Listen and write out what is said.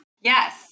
Yes